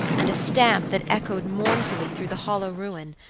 and a stamp that echoed mournfully through the hollow ruin,